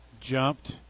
jumped